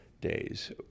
days